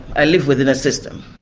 i live within a system.